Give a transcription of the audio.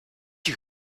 you